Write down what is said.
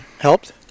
helped